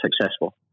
successful